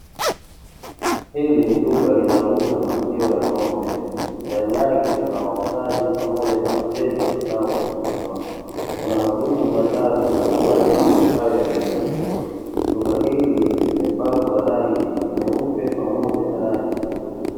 Hili ni duka linalouza maziwa ya ng'ombe ndani yake kuna wauzaji pamoja na wateja wanaohudumiwa, kuna madumu matatu ambayo maziwa hayo yamehifadhiwa duka hili limepakwa rangi nyeupe pamoja na rangi ya bluu.